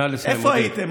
איפה הייתם?